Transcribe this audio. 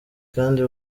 kandi